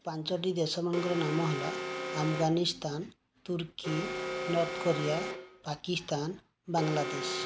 ପାଞ୍ଚଟି ଦେଶମାନଙ୍କର ନାମ ହେଲା ଆଫଗାନିସ୍ତାନ ତୁର୍କୀ ନର୍ଥ କୋରିଆ ପାକିସ୍ତାନ ବାଂଲାଦେଶ